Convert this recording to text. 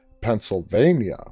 Pennsylvania